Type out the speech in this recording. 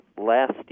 last